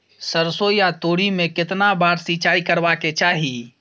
सरसो या तोरी में केतना बार सिंचाई करबा के चाही?